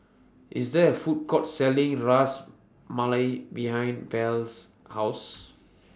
IS There A Food Court Selling Ras Malai behind Belle's House